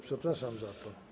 Przepraszam za to.